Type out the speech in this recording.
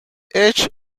edge